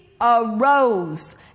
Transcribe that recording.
arose